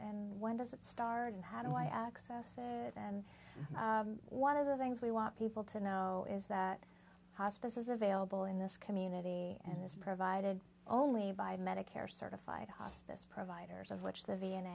and when does it start and had i access it and one of the things we want people to know is that hospice is available in this community and it's provided only by medicare certified hospice providers of which the v